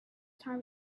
time